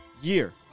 year